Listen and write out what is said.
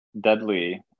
deadly